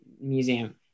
Museum